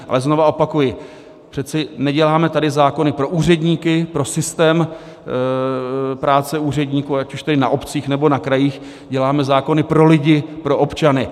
Ale znovu opakuji, neděláme tady zákony pro úředníky, pro systém práce úředníků, ať už to je na obcích, nebo na krajích, děláme zákony pro lidi, pro občany.